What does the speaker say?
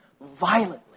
violently